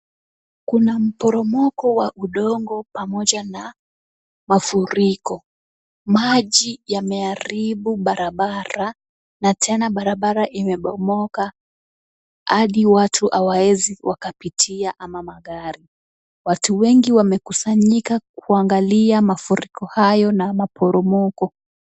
Kuna mporomoko wa udongo pamoja na mafuriko. Maji yameharibu barabara na tena barabara imebomoka hadi watu hawawezi wakapitia ama magari. Watu wengi wamekusanyika kuangalia mafuriko hayo na maporomoko.